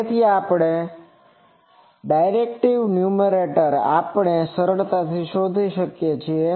તેથી directivities numerator આપણે સરળતાથી શોધી શકીએ છીએ